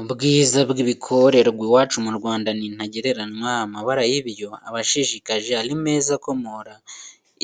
Ubwiza bw'ibikorerwa iwacu mu Rwanda ni ntagereranywa, amabara yabyo aba ashishikaje, ari meza, akomora